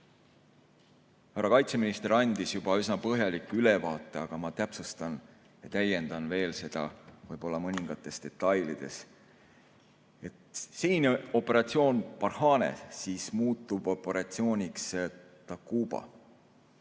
Härra kaitseminister andis juba üsna põhjaliku ülevaate, aga ma täpsustan ja täiendan seda veel mõningates detailides. Senine operatsioon Barkhane muutub operatsiooniks Takuba